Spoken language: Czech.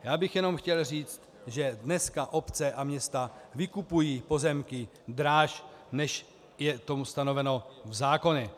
Já bych jenom chtěl říct, že dneska obce a města vykupují pozemky dráž, než je to ustanoveno v zákoně.